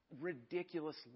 ridiculous